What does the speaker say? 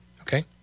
Okay